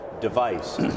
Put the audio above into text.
device